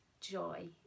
joy